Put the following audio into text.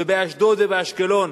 באשדוד ובאשקלון.